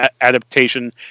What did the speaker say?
adaptation